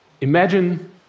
Imagine